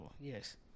yes